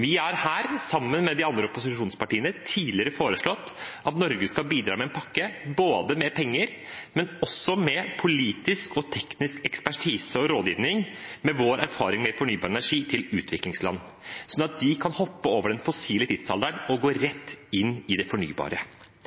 Vi har her, sammen med de andre opposisjonspartiene, tidligere foreslått at Norge skal bidra med en pakke, både med penger og med politisk og teknisk ekspertise og rådgivning, med vår erfaring med fornybar energi til utviklingsland, sånn at de kan hoppe over den fossile tidsalderen og gå rett inn i den fornybare.